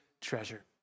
treasure